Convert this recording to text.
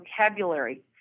vocabulary